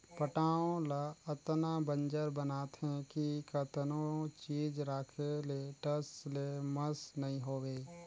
पटांव ल अतना बंजर बनाथे कि कतनो चीज राखे ले टस ले मस नइ होवय